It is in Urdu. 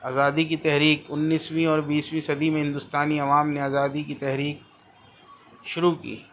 آزادی کی تحریک انیسویں اور بیسویں صدی میں ہندوستانی عوام نے آزادی کی تحریک شروع کی